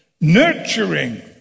nurturing